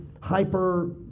hyper